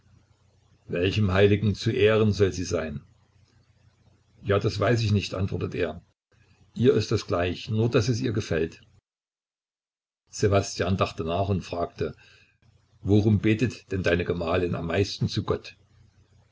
welchem heiligen zu ehren soll sie sein ja das weiß ich nicht antwortete er ihr ist das gleich nur daß es ihr gefällt ssewastjan dachte nach und fragte worum betet denn deine gemahlin am meisten zu gott